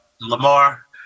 Lamar